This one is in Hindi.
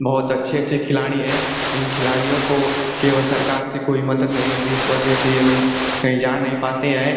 बहुत अच्छे अच्छे खिलाड़ी हैं इन खिलाड़ियों को केवल सरकार से कोई मदद नहीं मिलती है इस वजह से ये लोग कहीं जा नहीं पाते हैं